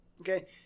Okay